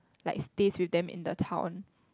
like stays with them in the town